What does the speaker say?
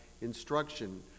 instruction